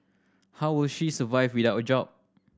how will she survive without a job